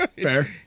Fair